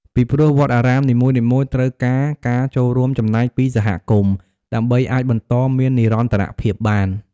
ពីព្រោះវត្តអារាមនីមួយៗត្រូវការការចូលរួមចំណែកពីសហគមន៍ ដើម្បីអាចបន្តមាននិរន្តរភាពបាន។